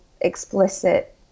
explicit